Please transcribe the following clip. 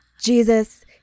Jesus